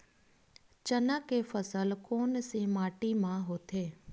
चना के फसल कोन से माटी मा होथे?